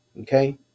Okay